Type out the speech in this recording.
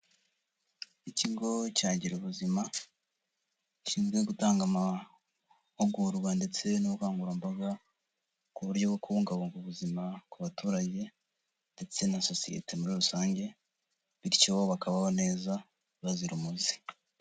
Ikigo cya gira ubuzima, gishinzwe gutanga amahugurwa ndetse n'ubukangurambaga, ku buryo bwo kubungabunga ubuzima ku baturage, ndetse na sosiyete muri rusange, bityo bakabaho neza bazira umuze.